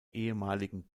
ehemaligen